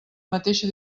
mateixa